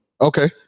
Okay